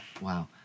Wow